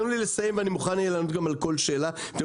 תן לי לסיים ואני מוכן אהיה גם לענות על כל שאלה אם אתם